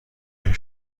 میگه